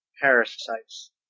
parasites